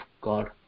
God